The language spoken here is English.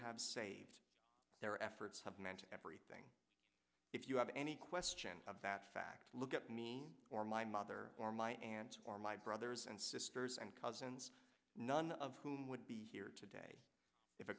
have saved their efforts have meant everything if you have any question of that fact look at me or my mother or my aunts or my brothers and sisters and cousins none of whom would be here today if a